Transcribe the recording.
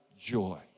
joy